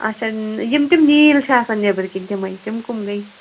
اچھا یِم تِم نیٖلۍ چھِ آسان نیٚبِرۍ کِنۍ تِمَے تِم کٔم گٔے